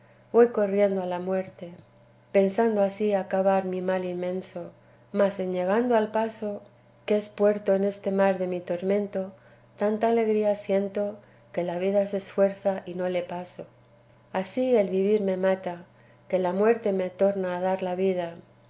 voy corriendo a la muerte pensando así acabar mi mal inmenso mas en llegando al paso que es puerto en este mar de mi tormento tanta alegría siento que la vida se esfuerza y no le paso así el vivir me mata que la muerte me torna a dar la vida